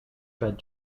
fed